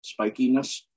spikiness